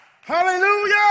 Hallelujah